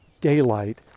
daylight